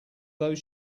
though